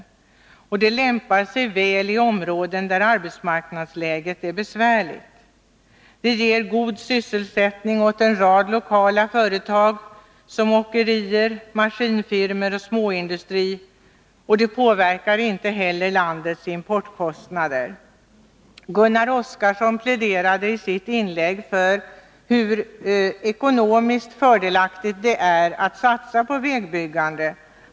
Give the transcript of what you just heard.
Ett sådant byggande lämpar sig väl i områden där arbetsmarknadsläget är besvärligt. Det ger bl.a. god sysselsättning åt en rad lokala företag, såsom åkerier, maskinfirmor och småindustriföretag. Det påverkar inte heller landets importkostnader. Gunnar Oskarson redogjorde i sitt inlägg för hur ekonomiskt fördelaktigt det är att satsa på vägbyggande.